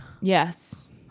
yes